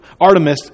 Artemis